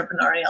entrepreneurial